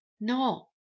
No